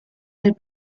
nel